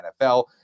NFL